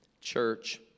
church